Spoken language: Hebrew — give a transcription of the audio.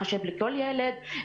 מחשב לכל ילד,